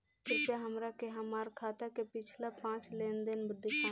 कृपया हमरा के हमार खाता के पिछला पांच लेनदेन देखाईं